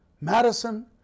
Madison